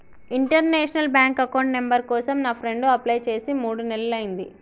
international bank account number కోసం నా friend apply చేసి మూడు నెలలయ్యింది